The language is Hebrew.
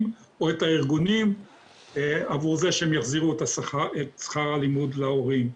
או את הארגונים עבור זה שהם יחזירו את שכר הלימוד להורים.